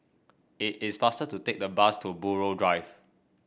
it is faster to take the bus to Buroh Drive